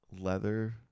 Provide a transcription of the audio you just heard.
leather